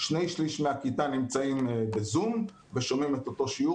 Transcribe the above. שני שליש מהכיתה נמצאים בזום ושומעים את אותו שיעור,